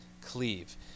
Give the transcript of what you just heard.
cleave